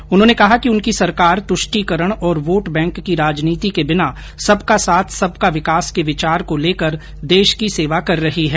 श्री मोदी ने कहा कि उनकी सरकार तृष्टिकरण और वोट बैंक की राजनीति के बिना सबका साथ सबका विकास के विचार को लेकर देश की सेवा कर रही है